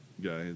guy